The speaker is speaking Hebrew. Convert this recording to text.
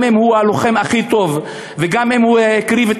גם אם הוא הלוחם הכי טוב וגם אם הוא הקריב את